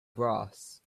grass